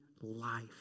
life